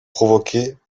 provoquer